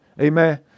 Amen